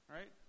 Right